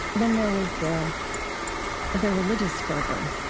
then there was the the religious fervor,